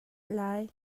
lai